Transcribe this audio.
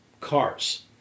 cars